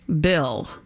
Bill